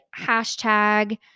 hashtag